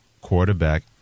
quarterback